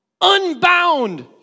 unbound